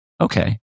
okay